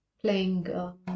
playing